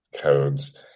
codes